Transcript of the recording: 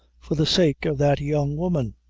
for the sake of that young woman!